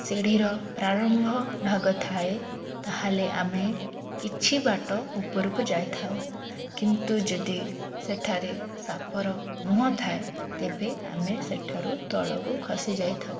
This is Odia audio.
ଶିଢ଼ିର ପ୍ରାରମ୍ଭ ଭାଗ ଥାଏ ତାହେଲେ ଆମେ କିଛି ବାଟ ଉପରକୁ ଯାଇଥାଉ କିନ୍ତୁ ଯଦି ସେଠାରେ ସାପର ମୁହଁ ଥାଏ ତେବେ ଆମେ ସେଠାରୁ ତଳକୁ ଖସି ଯାଇଥାଉ